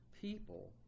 people